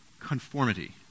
conformity